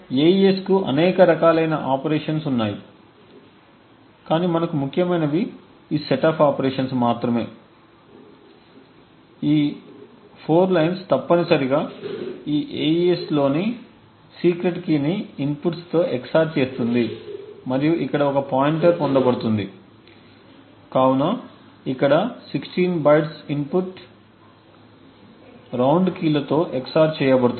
AES కు అనేక రకాలైన ఆపరేషన్స్ ఉన్నాయి కాని మనకు ముఖ్యమైనవి ఈ సెట్ ఆఫ్ ఆపరేషన్స్ మాత్రమే ఈ 4 లైన్స్ తప్పనిసరిగా ఈ AES కీ లోని సీక్రెట్ కీని ఇన్పుట్స్ తో XOR చేస్తుంది మరియు ఇక్కడ ఒక పాయింటర్ పొందబడుతుంది కాబట్టి ఇక్కడ 16 బైట్స్ ఇన్పుట్ రౌండ్ కీ లతో XOR చేయబడతాయి